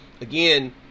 again